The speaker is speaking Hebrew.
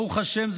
ברוך השם,